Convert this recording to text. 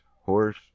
horse